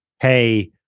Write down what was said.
Hey